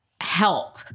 help